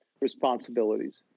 responsibilities